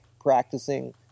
practicing